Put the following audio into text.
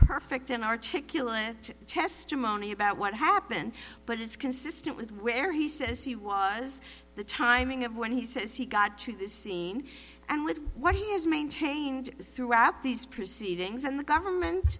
perfect and articulate testimony about what happened but it's consistent with where he says he was the timing of when he says he got to this scene and with what he has maintained throughout these proceedings and the government